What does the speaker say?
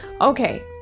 Okay